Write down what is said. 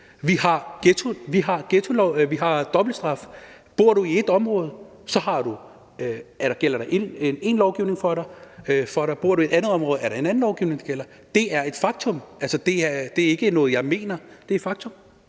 Vi har dobbeltstraf – bor du i ét område, gælder én lovgivning for dig, og bor du i et andet område, er der en anden lovgivning, der gælder. Det er et faktum. Altså, det er ikke noget, jeg mener – det er et faktum.